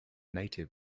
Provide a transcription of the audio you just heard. native